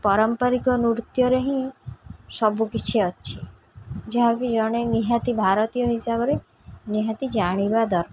ପାରମ୍ପରିକ ନୃତ୍ୟରେ ହିଁ ସବୁକିଛି ଅଛି ଯାହାକି ଜଣେ ନିହାତି ଭାରତୀୟ ହିସାବରେ ନିହାତି ଜାଣିବା ଦରକାର